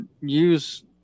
use